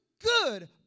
Good